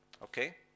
Okay